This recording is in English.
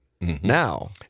Now